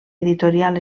editorial